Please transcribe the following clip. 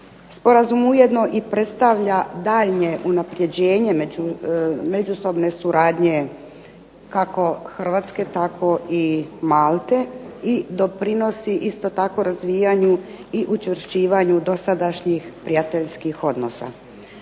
Sporazum ujedno i predstavlja daljnje unapređenje međusobne suradnje kako Hrvatske tako i Malte i doprinosi isto tako razvijanju i učvršćivanju dosadašnjih prijateljskih odnosa.